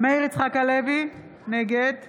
מאיר יצחק הלוי, נגד